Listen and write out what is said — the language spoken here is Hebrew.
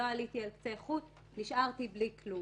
לא עליתי על קצה חוט, נשארתי בלי כלום.